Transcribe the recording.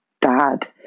dad